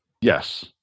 Yes